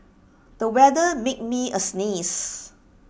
the weather made me sneeze